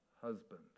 husband